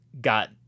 got